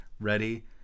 Ready